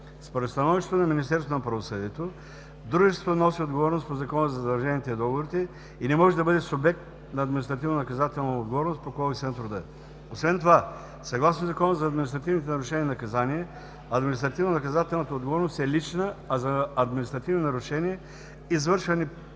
на правосъдието, дружеството носи отговорност по Закона за задълженията и договорите и не може да бъде субект на административнонаказателна отговорност по Кодекса на труда. Освен това съгласно Закона за административните нарушения и наказания административнонаказателната отговорност е лична, а за административни нарушения, извършени